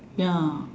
ya